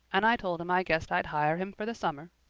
and i told him i guessed i'd hire him for the summer.